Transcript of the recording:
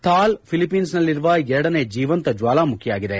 Thal Philippines ನಲ್ಲಿರುವ ಎರಡನೇ ಜೀವಂತ ಜ್ವಾಲಾಮುಖಿಯಾಗಿದೆ